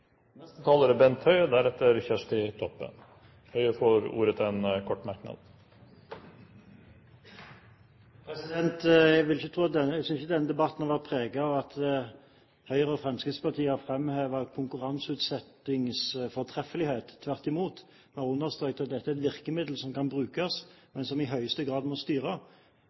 får ordet til en kort merknad, begrenset til 1 minutt. Jeg synes ikke denne debatten har vært preget av at Høyre og Fremskrittspartiet har framhevet konkurranseutsettingens fortreffelighet – tvert imot. Vi har understreket at dette er et virkemiddel som kan brukes, men som i høyeste grad må